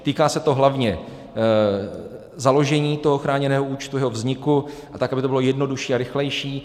Týká se to hlavně založení chráněného účtu, jeho vzniku, tak, aby to bylo jednodušší a rychlejší.